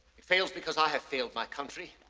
it fails because i have failed my country,